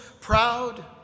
proud